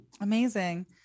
Amazing